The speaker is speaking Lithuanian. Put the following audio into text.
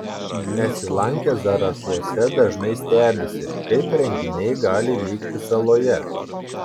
nesilankę zarasuose dažnai stebisi kaip renginiai gali vykti saloje